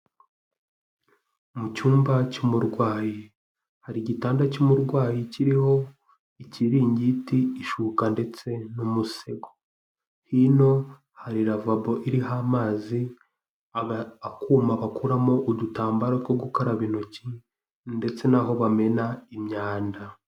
Mu cyumba cy'umurwayi, hari igitanda cy'umurwayi kiriho ikiringiti, ishuka ndetse n'umusego, hino hari ravabo iriho amazi, akuma bakuramo udutambaro two gukaraba intoki ndetse n'aho bamena imyanda.